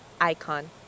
Icon